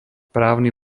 právny